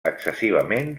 excessivament